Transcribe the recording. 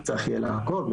צריך יהיה לעקוב,